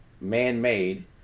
man-made